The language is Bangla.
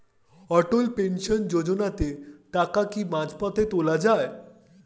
অটল পেনশন যোজনাতে টাকা কি মাঝপথে তোলা যায়?